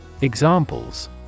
Examples